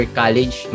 college